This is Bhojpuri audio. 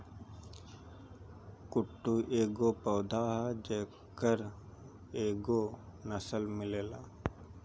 कुटू एगो पौधा ह जेकर कएगो नसल मिलेला